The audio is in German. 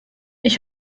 ich